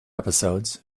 episodes